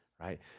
right